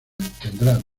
tendrá